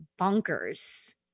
bonkers